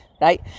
right